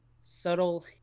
subtle